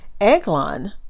Eglon